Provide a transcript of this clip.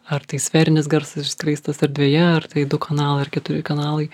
ar tai sferinis garsas išskleistas erdvėje ar tai du kanalai ar keturi kanalai